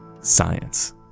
science